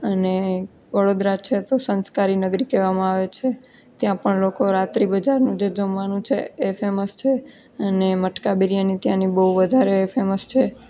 અને વડોદરા છે તો સંસ્કારી નગરી કહેવામાં આવે છે ત્યાં પણ લોકો રાત્રિ બજારનું જે જમવાનું છે એ ફેમસ છે અને મટકા બિરયાની ત્યાંની બહુ વધારે ફેમસ છે